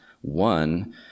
one